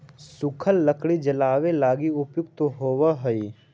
सूखल लकड़ी जलावे लगी उपयुक्त होवऽ हई